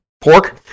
Pork